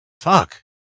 fuck